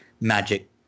Magic